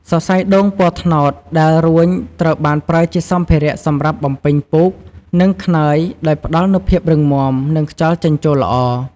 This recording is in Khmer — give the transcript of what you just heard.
សរសៃដូងពណ៌ត្នោតដែលរួញត្រូវបានប្រើជាសម្ភារៈសម្រាប់បំពេញពូក និងខ្នើយដោយផ្តល់នូវភាពរឹងមាំ និងខ្យល់ចេញចូលល្អ។